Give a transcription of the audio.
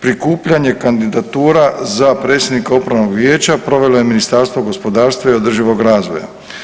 Prikupljanje kandidatura za predsjednika upravnog vijeća provelo je Ministarstvo gospodarstva i održivog razvoja.